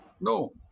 No